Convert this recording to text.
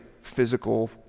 physical